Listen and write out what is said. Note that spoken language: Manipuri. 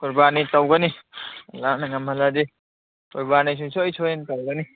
ꯀꯨꯔꯕꯥꯅꯤ ꯇꯧꯒꯅꯤ ꯑꯜꯂꯥꯅ ꯉꯝꯍꯜꯂꯗꯤ ꯀꯨꯔꯕꯥꯅꯤ ꯁꯨꯡꯁꯣꯏ ꯁꯣꯏꯗꯅ ꯇꯧꯒꯅꯤ